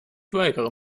weigere